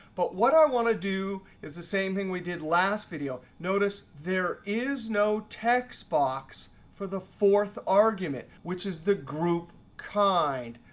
but what i want to do is the same thing we did last video. notice there is no text box for the fourth argument, which is the group kind.